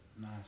Nice